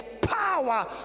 power